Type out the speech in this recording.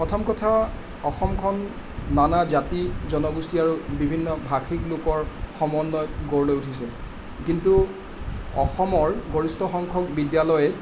প্ৰথম কথা অসমখন নানা জাতি জনগোষ্ঠী আৰু বিভিন্ন ভাষিক লোকৰ সমন্বয়ত গঢ় লৈ উঠিছে কিন্তু অসমৰ গৰিষ্ঠসংখ্যক বিদ্যালয়ে